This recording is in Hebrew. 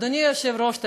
אדוני היושב-ראש,